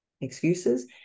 excuses